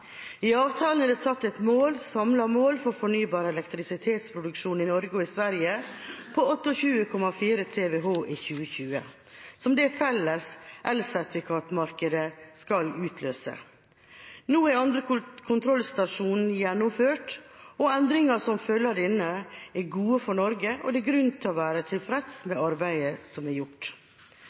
I avtalen er det satt et samlet mål for fornybar elektrisitetsproduksjon i Norge og Sverige på 28,4 TWh i 2020, som det felles elsertifikatmarkedet skal utløse. Andre kontrollstasjon er gjennomført, og endringene som følger av denne, er gode for Norge, og det er grunn til å være tilfreds med arbeidet som er gjort.